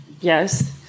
yes